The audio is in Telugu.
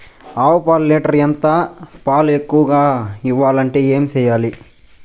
ఆవు పాలు లీటర్ ఎంత? పాలు ఎక్కువగా ఇయ్యాలంటే ఏం చేయాలి?